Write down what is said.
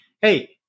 hey